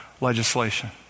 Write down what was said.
legislation